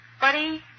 Buddy